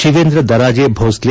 Shivendra Raje Bhosale